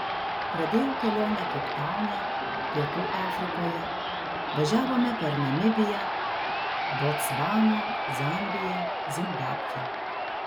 pradėjau kelionę keiptaune pietų afrikoje važiavome per namibiją botsvaną zambiją zimbabvę